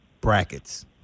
brackets